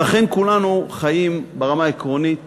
ואכן כולנו חיים ברמה העקרונית